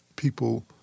people